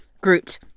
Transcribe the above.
Groot